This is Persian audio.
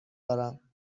دارم